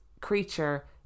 creature